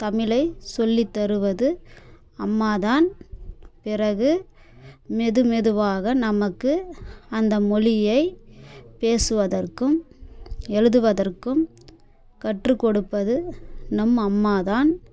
தமிழை சொல்லித் தருவது அம்மா தான் பிறகு மெது மெதுவாக நமக்கு அந்த மொழியை பேசுவதற்கும் எழுதுவதற்கும் கற்றுக் கொடுப்பது நம் அம்மா தான்